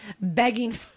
begging